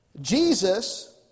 Jesus